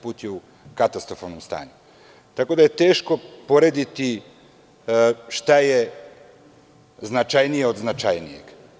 Put je u katastrofalnom stanju, tako da je teško porediti šta je značajnije od značajnijeg.